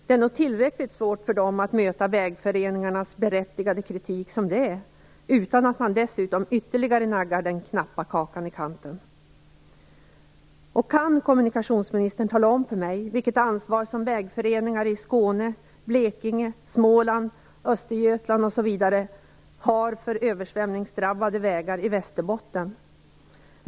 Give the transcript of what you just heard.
Det är tillräckligt svårt för Vägverket att bemöta vägföreningarnas berättigade kritik som det är nu utan att man dessutom ytterligare skall behöva nagga den knappa kakan i kanten. Kan kommunikationsministern tala om för mig vilket ansvar som vägföreningar i Skåne, Blekinge, Småland, Östergötland osv. har för översvämningsdrabbade vägar i Västerbotten?